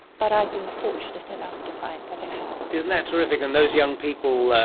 but i've been fortunate enough to find that it has. isn't that terrific! and those young people,